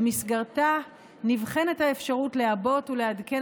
ובמסגרתה נבחנת האפשרות לעבות ולעדכן